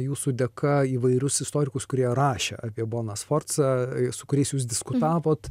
jūsų dėka įvairius istorikus kurie rašė apie boną sforcą su kuriais jūs diskutavot